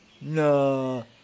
No